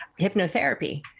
hypnotherapy